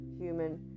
human